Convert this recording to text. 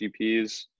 gps